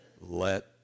let